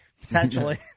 potentially